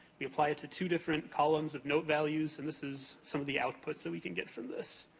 we apply it to two different columns of note values, and this is some of the outputs that we can get from this.